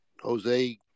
Jose